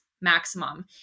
maximum